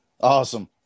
Awesome